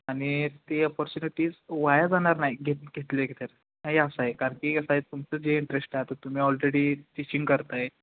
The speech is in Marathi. आणि ती अपॉर्च्युनिटीज वाया जाणार नाही घेत घेतले तर हे असं आहे कारण की कसं आहे तुमचं जे इंटरेस्ट आहे तर तुम्ही ऑलरेडी टिचिंग करत आहे